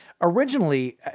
originally